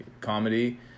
comedy